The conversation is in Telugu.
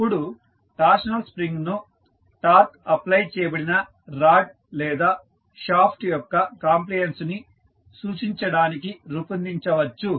అప్పుడు టార్షనల్ స్ప్రింగ్ ను టార్క్ అప్లై చేయబడిన రాడ్ లేదా షాఫ్ట్ యొక్క కాంప్లియన్సు ని సూచించడానికి రూపొందించవచ్చు